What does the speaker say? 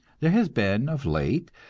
there has been, of late,